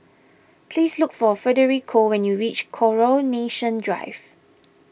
please look for Federico when you reach Coronation Drive